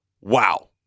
Wow